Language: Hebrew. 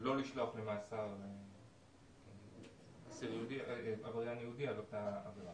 לא לשלוח למאסר עבריין יהודי על אותה עבירה,